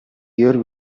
year